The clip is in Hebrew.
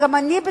וגם אני בתוכן.